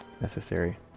necessary